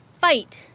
fight